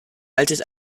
altes